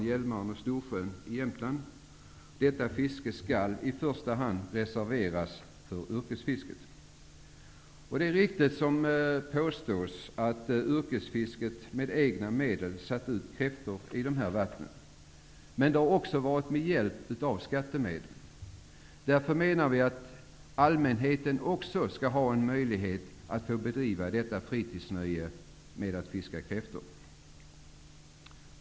Jämtland. Detta fiske skall i första hand reserveras för yrkesfisket. Det är riktigt som påstås, att yrkesfisket med egna medel har satt ut kräftor i dessa vatten, men det har också skett med hjälp av skattemedel. Därför menar vi att allmänheten också skall ha möjlighet att ägna sig åt det fritidsnöje som det är att fiska kräftor.